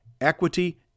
equity